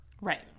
Right